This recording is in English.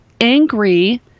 angry